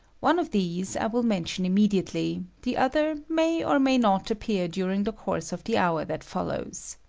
one of these i will mention immediately the other may or may not appear during the course of the hour that follows.